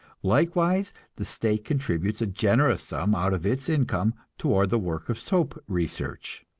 likewise the state contributes a generous sum out of its income toward the work of soap research.